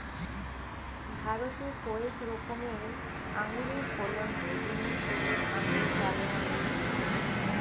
ভারতে কয়েক রকমের আঙুরের ফলন হয় যেমন সবুজ আঙুর, কালো আঙুর ইত্যাদি